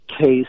case